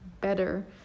better